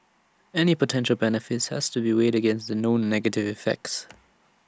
any potential benefits has to be weighed against the known negative effects